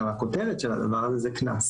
הכותרת של הדבר הזה זה קנס.